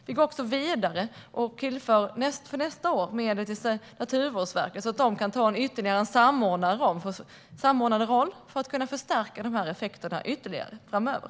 Vi går också vidare och tillför för nästa år medel till Naturvårdsverket, så att man där kan ta en samordnande roll för att kunna förstärka dessa effekter ytterligare framöver.